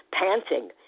panting